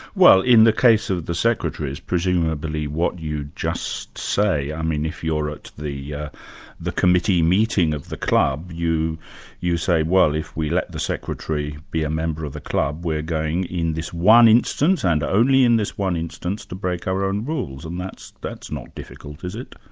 well in the case of the secretaries, presumably what you just say, i mean if you're at the the committee meeting of the club, you you say, well, if we let the secretary be a member of the club, we're going in this once instance, and only in this one instance, to break our own rules, and that's that's not difficult is